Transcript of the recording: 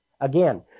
again